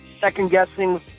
second-guessing